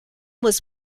was